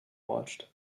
watched